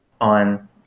on